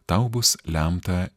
tau bus lemta